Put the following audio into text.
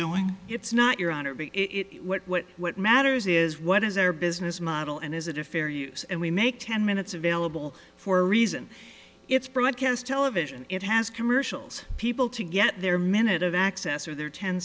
doing it's not your honor but it what what matters is what is their business model and is it a fair use and we make ten minutes available for a reason it's broadcast television it has commercials people to get their minute of access or their ten